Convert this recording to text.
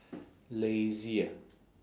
lazy ah